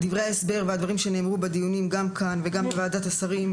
דברי ההסבר והדברים שנאמרו בדיונים גם כאן וגם בוועדת השרים,